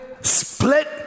split